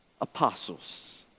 Apostles